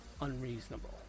unreasonable